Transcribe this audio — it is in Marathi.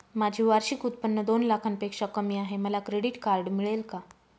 माझे वार्षिक उत्त्पन्न दोन लाखांपेक्षा कमी आहे, मला क्रेडिट कार्ड मिळेल का?